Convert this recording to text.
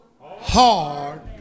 Hard